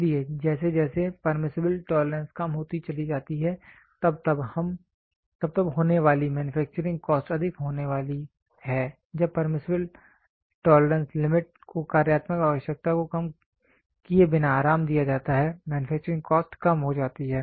इसलिए जैसे जैसे परमीसिबल टोलरेंस कम होती चली जाती है तब तब होने वाली मैन्युफैक्चरिंग कॉस्ट अधिक होने वाली है जब परमीसिबल टोलरेंस लिमिट को कार्यात्मक आवश्यकता को कम किए बिना आराम दिया जाता है मैन्युफैक्चरिंग कॉस्ट कम हो जाती है